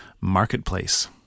marketplace